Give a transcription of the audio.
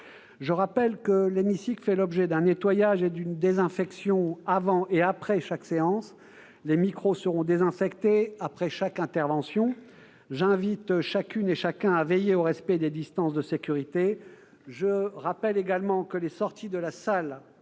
Je rappelle que l'hémicycle fait l'objet d'un nettoyage et d'une désinfection avant et après chaque séance. Les micros seront désinfectés après chaque intervention. J'invite chacune et chacun à veiller au respect des distances de sécurité. Je rappelle également que les sorties de la salle